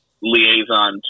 liaison